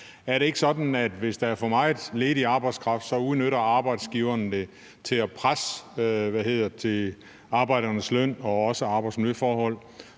Er det ikke sådan, at hvis der er for meget ledig arbejdskraft, udnytter arbejdsgiverne det til at presse arbejdernes løn og deres arbejdsmiljøforhold?